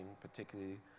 particularly